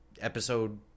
episode